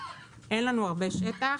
אין לנו הרבה שטח.